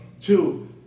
Two